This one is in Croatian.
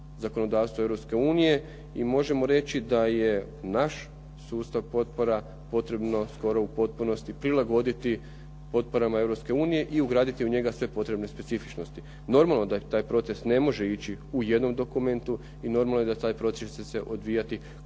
zakonodavstvo Europske unije i možemo reći da je naš sustav potpora potrebno skoro u potpunosti prilagoditi potporama Europske unije i ugraditi u njega sve potrebne specifičnosti. Normalno da taj proces ne može ići u jednom dokumentu i normalno da će se taj proces odvijati korak po